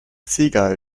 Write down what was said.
seagull